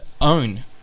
Own